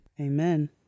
amen